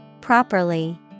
Properly